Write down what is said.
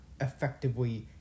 effectively